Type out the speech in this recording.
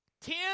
Ten